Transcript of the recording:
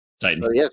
Titan